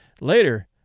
Later